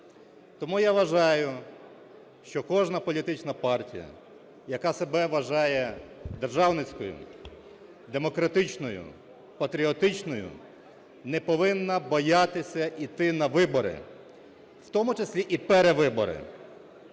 Тому я вважаю, що кожна політична партія, яка себе вважає державницькою, демократичною, патріотичною, не повинна боятися йти на вибори, в тому числі і перевибори.